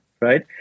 right